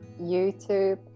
YouTube